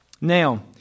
Now